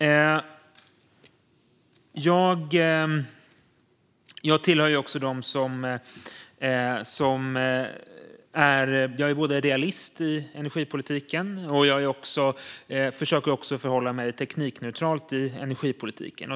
Jag tillhör dem som både är realist och försöker att förhålla mig teknikneutral i energipolitiken.